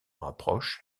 rapproche